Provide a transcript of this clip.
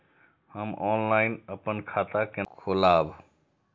हम ऑनलाइन अपन खाता केना खोलाब?